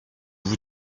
vous